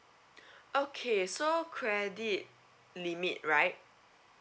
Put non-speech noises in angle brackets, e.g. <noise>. <breath> okay so credit limit right